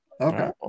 Okay